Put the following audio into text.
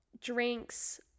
drinks